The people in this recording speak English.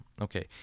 okay